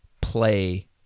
play